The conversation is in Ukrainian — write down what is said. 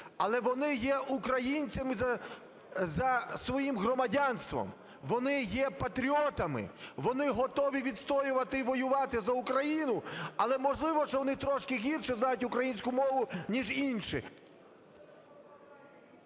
але вони є українцями за своїм громадянством, вони є патріотами, вони готові відстоювати і воювати за Україну, але, можливо, що вони трошки гірше знають українську мову ніж інші.